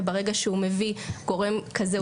וברגע שהוא מביא גורם כזה,